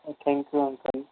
thank you uncle